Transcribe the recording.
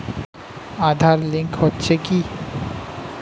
Aadhaar link হচ্ছে কি?